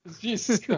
Jesus